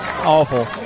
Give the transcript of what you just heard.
awful